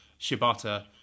shibata